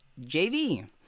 jv